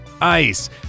ice